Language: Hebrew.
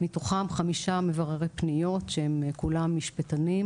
מתוכם חמישה מבררי פניות שהם כולם משפטנים,